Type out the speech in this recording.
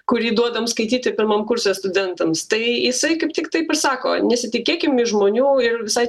kurį duodam skaityti pirmam kurse studentams tai jisai kaip tik taip ir sako nesitikėkime iš žmonių ir visai